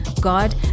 God